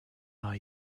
are